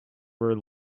were